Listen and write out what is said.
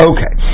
Okay